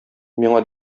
миңа